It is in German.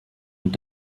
und